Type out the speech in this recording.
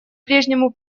прежнему